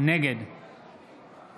נגד